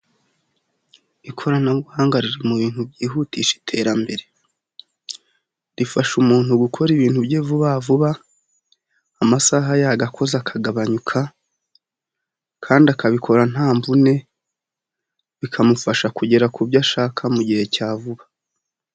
Ikoranabuhanga riri mu bintu byihutisha iterambere rifasha umuntu gukora ibintu bye vuba vuba amasaha yagakoze akagabanyuka kandi akabikora nta mvune bikamufasha kugera kubyo ashaka mu gihe cya vuba.